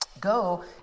Go